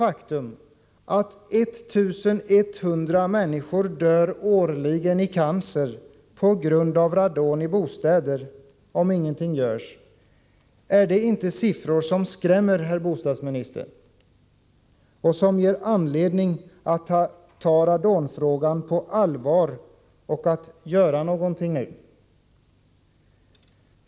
Att 1 100 människor dör årligen i cancer på grund av radon i bostäder om ingenting görs, är inte detta siffror som skrämmer, herr bostadsminister, och ger anledning att ta radonfrågan på allvar och göra någonting?